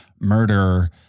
murder